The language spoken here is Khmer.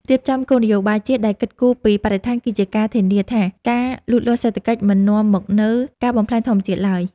រៀបចំគោលនយោបាយជាតិដែលគិតគូរពីបរិស្ថានគឺជាការធានាថាការលូតលាស់សេដ្ឋកិច្ចមិននាំមកនូវការបំផ្លាញធម្មជាតិឡើយ។